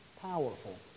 powerful